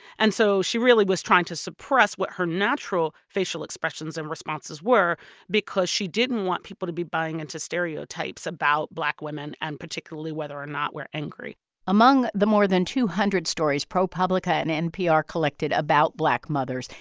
and so she really was trying to suppress what her natural facial expressions and responses were because she didn't want people to be buying into stereotypes about black women, and particularly whether or not we're angry among the more than two hundred stories propublica and npr collected about black mothers,